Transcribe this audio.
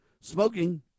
smoking